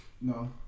No